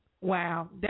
Wow